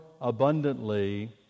abundantly